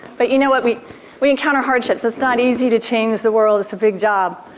but you know what? we we encounter hardships. it's not easy to change the world it's a big job.